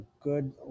good